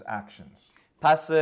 actions